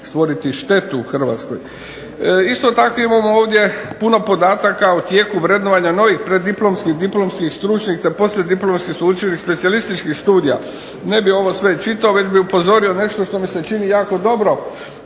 stvoriti štetu u Hrvatskoj. Isto tako imamo ovdje puno podataka o tijeku vrednovanja novih preddiplomskih, diplomskih, stručnih, te poslijediplomskih sveučilišta i specijalističkih studija. Ne bih ovo sve čitao, već bih upozorio nešto što mi se čini jako dobro,